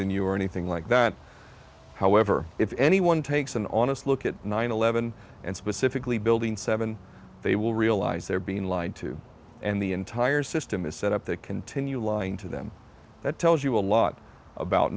than you or anything like that however if anyone takes an honest look at nine eleven and specifically building seven they will realize they're being lied to and the entire system is set up to continue lying to them that tells you a lot about